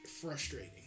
Frustrating